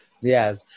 yes